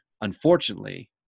unfortunately